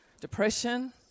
depression